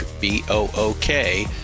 B-O-O-K